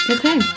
Okay